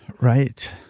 Right